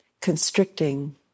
constricting